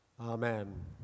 Amen